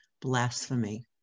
blasphemy